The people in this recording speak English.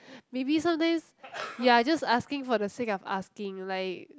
maybe sometimes you're just asking for the sake of asking like